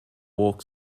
walked